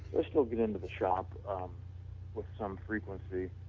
i still get into the shop with some frequency